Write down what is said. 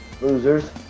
losers